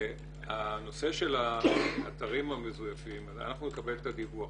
הנושא של האתרים המזויפים אנחנו נקבל את הדיווח.